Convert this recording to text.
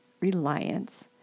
reliance